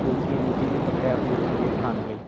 पुलिसियै उसी बी पकड़ेआ फिर उसी लेई गे ठाने